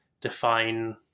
define